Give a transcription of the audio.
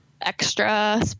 extra